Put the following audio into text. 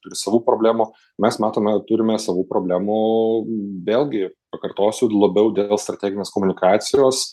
turi savų problemų mes matome turime savų problemų vėlgi pakartosiu labiau dėl strateginės komunikacijos